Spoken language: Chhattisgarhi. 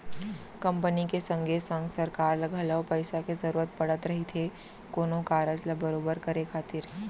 कंपनी के संगे संग सरकार ल घलौ पइसा के जरूरत पड़त रहिथे कोनो कारज ल बरोबर करे खातिर